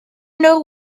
know